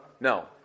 No